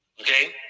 Okay